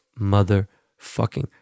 motherfucking